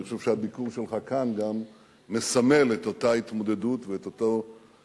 אני חושב שגם הביקור שלך כאן מסמל את אותה התמודדות ואת אותו רצון